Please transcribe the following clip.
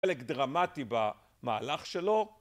חלק דרמטי במהלך שלו..